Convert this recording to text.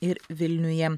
ir vilniuje